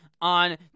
on